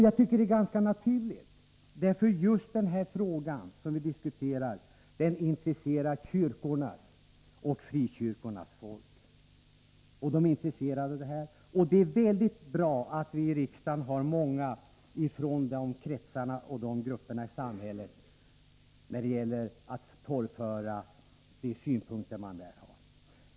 Jag tycker detta är ganska naturligt — just den fråga som vi nu diskuterar intresserar kyrkornas och frikyrkornas folk. Det är bra att vi i riksdagen har många från de kretsarna i samhället som kan torgföra de synpunkter man där har.